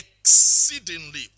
exceedingly